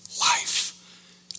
life